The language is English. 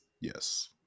Yes